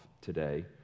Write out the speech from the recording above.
today